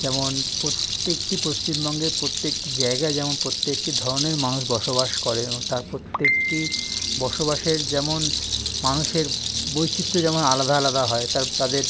যেমন প্রত্যেকটি পশ্চিমবঙ্গের প্রত্যেকটি জায়গায় যেমন প্রত্যেকটি ধরনের মানুষ বসবাস করে এবং তার প্রত্যেকটি বসবাসের যেমন মানুষের বৈচিত্র্য যেমন আলাদা আলাদা হয় তার তাদের